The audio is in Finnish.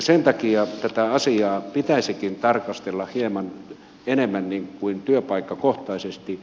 sen takia tätä asiaa pitäisikin tarkastella hieman enemmän työpaikkakohtaisesti